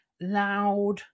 loud